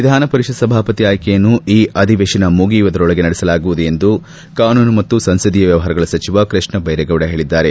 ವಿಧಾನ ಪರಿಷತ್ ಸಭಾಪತಿ ಆಯ್ಕೆಯನ್ನು ಈ ಅಧಿವೇಶನ ಮುಗಿಯುವುದರೊಳಗೆ ನಡೆಸಲಾಗುವುದು ಎಂದು ಕಾನೂನು ಮತ್ತು ಸಂಸದೀಯ ವ್ಯವಹಾರ ಸಚಿವ ಕೃಷ್ಣಬೈರೇಗೌಡ ಹೇಳಿದ್ದಾರೆ